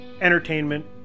entertainment